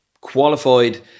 qualified